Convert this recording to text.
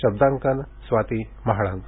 Shabdankan Swati Mahalank